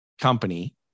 company